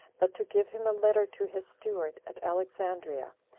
but to give him a letter to his steward at alexandria,